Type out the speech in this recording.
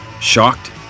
shocked